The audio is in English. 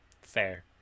fair